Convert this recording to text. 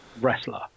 wrestler